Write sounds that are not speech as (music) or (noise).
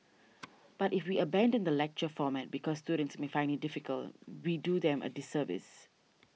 (noise) but if we abandon the lecture format because students may find it difficult we do them a disservice